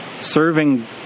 serving